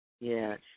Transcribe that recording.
Yes